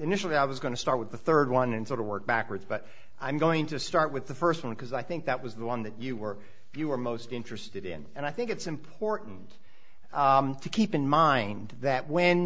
initially i was going to start with the third one and sort of work backwards but i'm going to start with the first one because i think that was the one that you were you were most interested in and i think it's important to keep in mind that when